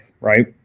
right